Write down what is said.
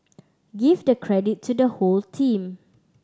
give the credit to the whole team